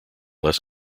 less